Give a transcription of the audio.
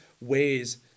ways